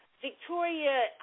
Victoria